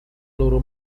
loro